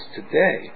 today